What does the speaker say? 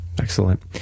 excellent